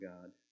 God